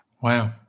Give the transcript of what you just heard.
Wow